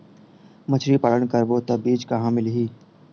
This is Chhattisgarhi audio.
मछरी पालन करबो त बीज कहां मिलही?